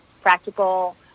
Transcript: practical